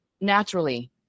naturally